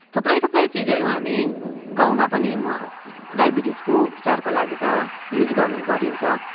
थुप्रै थुप्रै चिजहरू हामी गाउँमा पनि म डायबिटिजको उपचारको लागि त युज गर् गरिन्छ